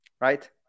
right